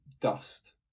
dust